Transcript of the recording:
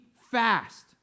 fast